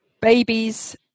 babies